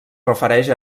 refereix